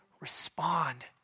respond